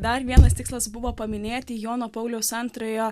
dar vienas tikslas buvo paminėti jono pauliaus antrojo